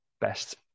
best